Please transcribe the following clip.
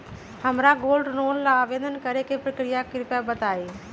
हमरा gold loan ला आवेदन करे के प्रक्रिया कृपया बताई